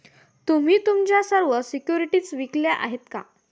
तुम्ही तुमच्या सर्व सिक्युरिटीज विकल्या आहेत का?